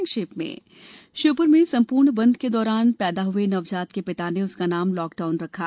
संक्षिप्त समाचार श्योपुर में संपूर्ण बंद के दौरान पैदा हुए नवजात के पिता ने उसका नाम लॉकडाउन रखा